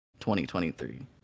2023